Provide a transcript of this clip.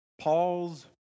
Paul's